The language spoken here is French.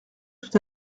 tout